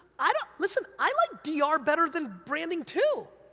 i don't, listen, i like d r. better than branding, too.